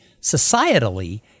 societally